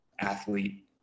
athlete